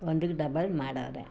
ಒಂದಕ್ಕೆ ಡಬಲ್ ಮಾಡವರೆ